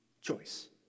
choice